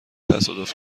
تصادف